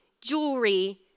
jewelry